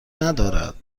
ندارد